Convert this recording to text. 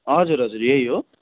हजुर हजुर यही हो